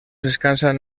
descansan